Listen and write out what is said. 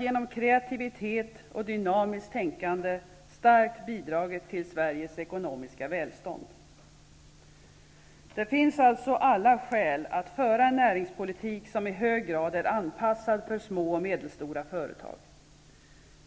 genom kreativitet och dynamiskt tänkande starkt har bidragit till Sveriges ekonomiska välstånd. Det finns alltså alla skäl att föra en näringspolitik som i hög grad är anpassad för små och medelstora företag.